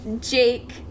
jake